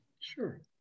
Sure